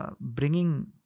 bringing